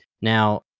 Now